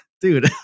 dude